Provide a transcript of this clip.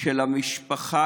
של המשפחה,